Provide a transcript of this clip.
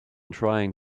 trying